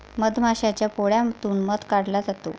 मधमाशाच्या पोळ्यातून मध काढला जातो